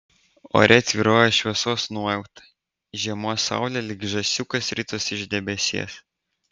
ore tvyrojo šviesos nuojauta žiemos saulė lyg žąsiukas ritosi iš debesies